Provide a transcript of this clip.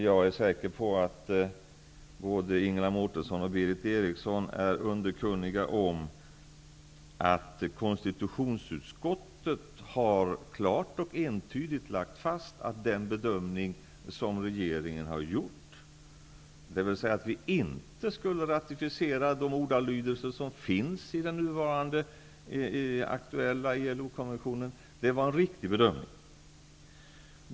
Jag är säker på att både Ingela Mårtensson och Berith Eriksson är underkunniga om att konstitutionsutskottet klart och entydigt har fastslagit att den bedömning som regeringen har gjort, dvs. att vi inte skulle ratificera de ordalydelser som finns i den aktuella ILO konventionen, var en riktig bedömning.